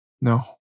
No